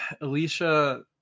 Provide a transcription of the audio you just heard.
alicia